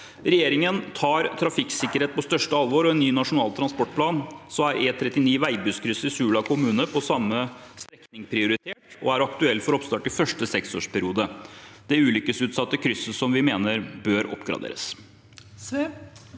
Regjeringen tar trafikksikkerhet på største alvor, og i ny nasjonal transportplan er E39 Veibustkrysset i Sula kommune på samme strekning prioritert og er aktuelt for oppstart i første seksårsperiode. Det ulykkesutsatte krysset mener vi bør oppgraderes.